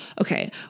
okay